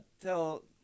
Tell